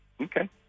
okay